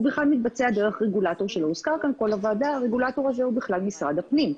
הוא בכלל מתבצע על-ידי רגולטור שלא הוזכר פה והוא בכלל משרד הפנים.